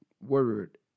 word